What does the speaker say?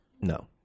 No